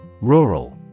Rural